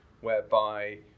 whereby